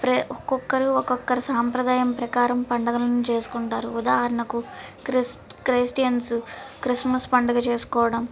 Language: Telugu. ప్రే ఒకొక్కరు ఒక్కొక్కరి సాంప్రదాయం ప్రకారం పండగలను చేసుకుంటారు ఉదాహరణకు క్రిస్ క్రిస్టియన్సు క్రిస్టమస్ పండగ చేసుకోవడం